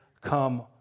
come